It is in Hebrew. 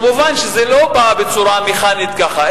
כמובן שזה לא בא בצורה מכנית ככה,